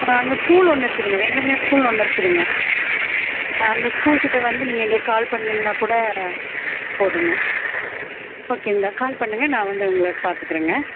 ஆ அங்கே ஸ்கூல் ஒன்று இருக்குதுங்க வெங்கமேடு ஸ்கூல் ஒன்று இருக்குதுங்க ஆ அந்த ஸ்கூல் கிட்ட வந்து நீங்கள் எங்களுக்கு கால் பண்ணிங்கன்னா கூட போதுங்க ஓகேங்களா கால் பண்ணுங்கள் நான் வந்து உங்களை பார்த்துக்குறேங்க